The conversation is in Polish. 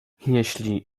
jeśli